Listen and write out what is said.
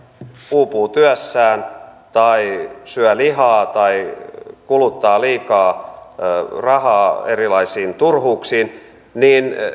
uupuu työssään tai syö lihaa tai kuluttaa liikaa rahaa erilaisiin turhuuksiin niin